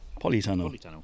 polytunnel